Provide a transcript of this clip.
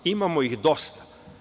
Imamo ih dosta.